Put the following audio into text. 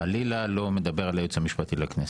חלילה לא מדבר על היועץ המשפטי לכנסת.